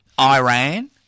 Iran